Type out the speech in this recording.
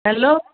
hello